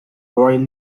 royal